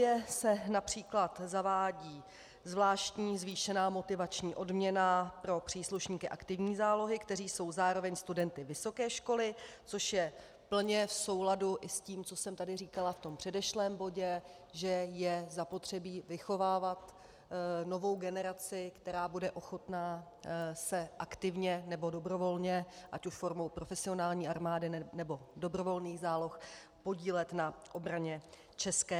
Nově se například zavádí zvláštní zvýšená motivační odměna pro příslušníky aktivní zálohy, kteří jsou zároveň studenty vysoké školy, což je plně v souladu i s tím, co jsem tady říkala v předešlém bodě, že je zapotřebí vychovávat novou generaci, která bude ochotna se aktivně nebo dobrovolně, ať už formou profesionální armády, nebo dobrovolných záloh, podílet na obraně ČR.